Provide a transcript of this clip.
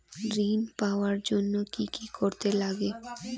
ঋণ পাওয়ার জন্য কি কি করতে লাগে?